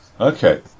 okay